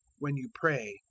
when you pray,